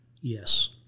Yes